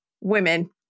women